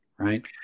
right